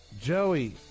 Joey